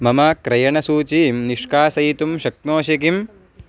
मम क्रयणसूचीं निष्कासयितुं शक्नोषि किम्